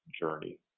journey